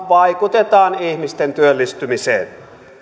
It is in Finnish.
vaikutetaan ihmisten työllistymiseen